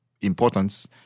importance